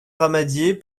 ramadier